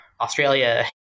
Australia